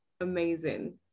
amazing